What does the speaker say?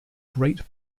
great